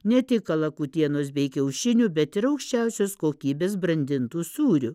ne tik kalakutienos bei kiaušinių bet ir aukščiausios kokybės brandintų sūrių